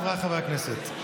חבריי חברי הכנסת,